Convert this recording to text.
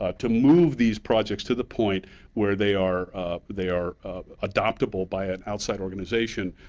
ah to move these projects to the point where they are they are adoptable by an outside organization,